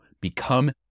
become